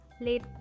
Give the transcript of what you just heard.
late